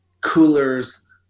coolers